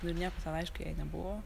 nu ir nieko ten aiškiai jai nebuvo